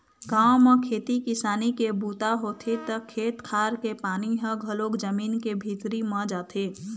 गाँव म खेती किसानी के बूता होथे त खेत खार के पानी ह घलोक जमीन के भीतरी म जाथे